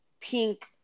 pink